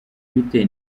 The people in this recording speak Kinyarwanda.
bite